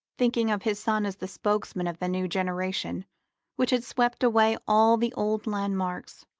thinking of his son as the spokesman of the new generation which had swept away all the old landmarks,